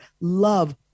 love